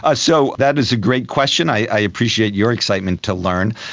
ah so that is a great question, i appreciate your excitement to learn.